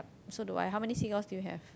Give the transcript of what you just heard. so do I how many seagulls do you have